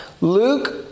Luke